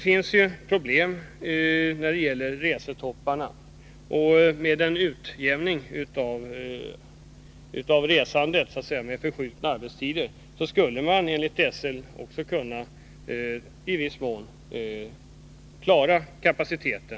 Resetopparna medför ju problem. Med en utjämning av resandet genom förskjutna arbetstider skulle man enligt SL ha kapacitet att ta hand om samtliga arbetsresor.